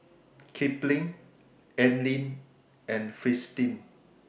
Kipling Anlene and Fristine